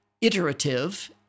iterative